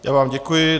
Já vám děkuji.